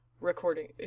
recording